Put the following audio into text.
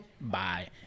bye